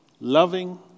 Loving